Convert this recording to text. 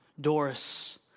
Doris